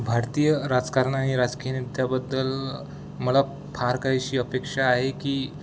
भारतीय राजकारण आणि राजकीय नृत्याबद्दल मला फार काही अशी अपेक्षा आहे की